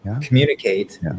communicate